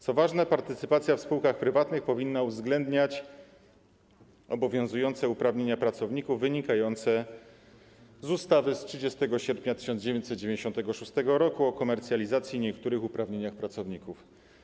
Co ważne, partycypacja we władzach spółek prywatnych powinna uwzględniać obowiązujące uprawnienia pracowników wynikające z ustawy z 30 sierpnia 1996 r. o komercjalizacji i niektórych uprawnieniach pracowników.